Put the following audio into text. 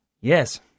Yes